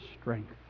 strength